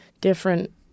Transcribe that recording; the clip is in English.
different